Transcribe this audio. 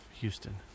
Houston